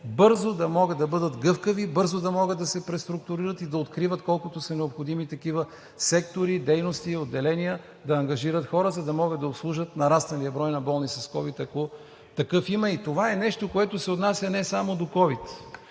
бързо да могат да бъдат гъвкави, бързо да могат да се преструктурират и да могат да откриват колкото са необходими такива сектори, дейности и отделения, да ангажират хора, за да могат да обслужат нарасналия брой на болници с ковид, ако такъв има. И това е нещо, което се отнася не само до ковид,